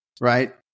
right